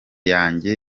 yanjye